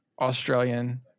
Australian